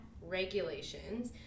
regulations